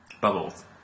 Bubbles